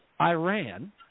Iran